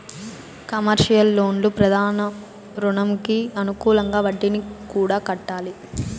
commercial లోన్లు ప్రధాన రుణంకి అనుకూలంగా వడ్డీని కూడా కట్టాలి